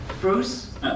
Bruce